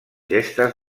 gestes